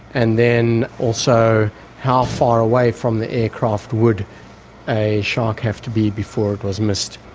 and then also how far away from the aircraft would a shark have to be before it was missed.